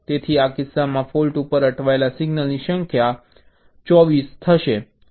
તેથી આ કિસ્સામાં ફૉલ્ટ ઉપર અટવાયેલા સિંગલની સંખ્યા 24 હશે